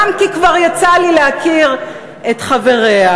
גם כי כבר יצא לי להכיר את חבריה,